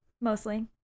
Mostly